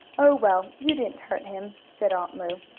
oh, well, you didn't hurt him, said aunt lu.